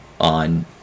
on